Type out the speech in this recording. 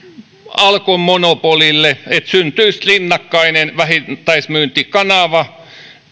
alkon monopolille että syntyisi rinnakkainen vähittäismyyntikanava